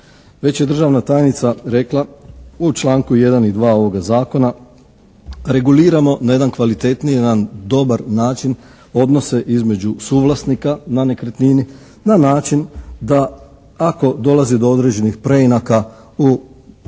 Već je državna tajnica rekla u članku 1. i 2. ovoga Zakona reguliramo na jedan kvalitetniji, jedan dobar način odnose između suvlasnika na nekretnini na način da ako dolazi do određenih preinaka u